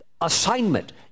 assignment